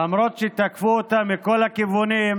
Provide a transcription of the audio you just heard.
למרות שתקפו אותה מכל הכיוונים,